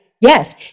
Yes